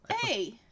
hey